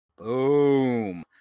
Boom